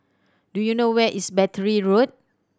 do you know where is Battery Road